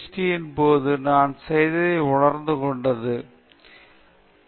D யின்போது நான் செய்ததை உணர்ந்து கொண்டது ஒவ்வொரு கட்டத்திலும் தன்னைத்தானே விழித்தெழுகிறது